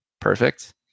Perfect